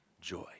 joy